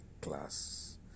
class